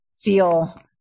feel